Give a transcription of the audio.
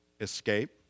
Escape